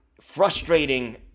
frustrating